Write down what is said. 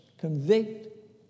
convict